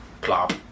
plop